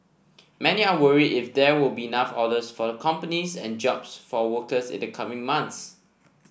many are worry if there will be enough orders for the companies and jobs for workers in the coming months